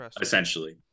essentially